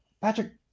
Patrick